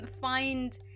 find